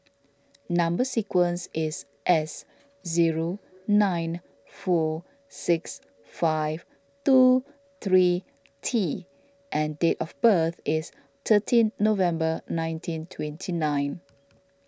Number Sequence is S zero nine four six five two three T and date of birth is thirteen November nineteen twenty nine